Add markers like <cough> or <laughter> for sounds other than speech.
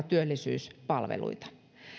<unintelligible> työllisyyspalveluita